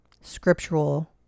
scriptural